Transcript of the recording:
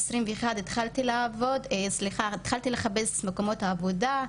ב-2021 התחלתי לחפש מקומות עבודה.